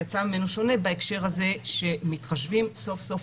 יצא ממנו שונה בהקשר הזה שמתחשבים סוף סוף